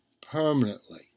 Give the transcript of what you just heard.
permanently